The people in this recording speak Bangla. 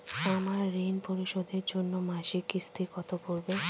আমার ঋণ পরিশোধের জন্য মাসিক কিস্তি কত পড়বে?